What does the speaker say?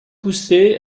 poussée